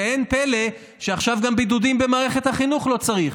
ואין פלא שעכשיו גם בידודים במערכת החינוך לא צריך,